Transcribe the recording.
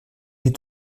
est